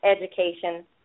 education